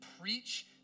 preach